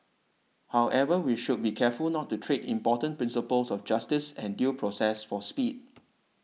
however we should be careful not to trade important principles of justice and due process for speed